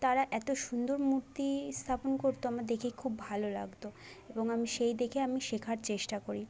তারা এত সুন্দর মূর্তি স্থাপন করত আমার দেখেই খুব ভালো লাগত এবং আমি সেই দেখে আমি শেখার চেষ্টা করি